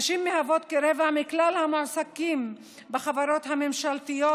נשים מהוות כרבע מכלל המועסקים בחברות הממשלתיות,